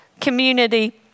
community